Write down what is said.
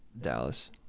Dallas